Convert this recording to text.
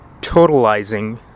totalizing